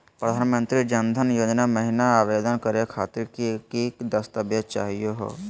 प्रधानमंत्री जन धन योजना महिना आवेदन करे खातीर कि कि दस्तावेज चाहीयो हो?